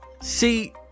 See